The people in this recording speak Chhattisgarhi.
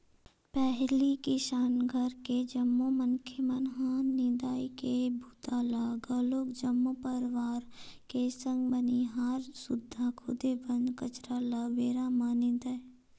पहिली किसान घर के जम्मो मनखे मन ह निंदई के बूता ल घलोक जम्मो परवार के संग बनिहार सुद्धा खुदे बन कचरा ल बेरा म निंदय